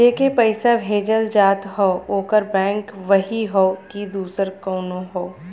जेके पइसा भेजल जात हौ ओकर बैंक वही हौ कि दूसर कउनो हौ